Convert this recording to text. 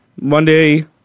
Monday